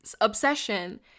obsession